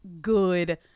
good